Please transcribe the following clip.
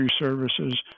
services